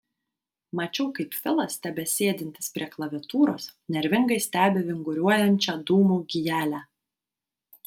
mačiau kaip filas tebesėdintis prie klaviatūros nervingai stebi vinguriuojančią dūmų gijelę